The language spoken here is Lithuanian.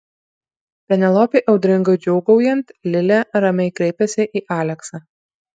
penelopei audringai džiūgaujant lilė ramiai kreipėsi į aleksą